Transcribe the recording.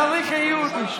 צריך עיון.